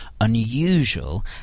unusual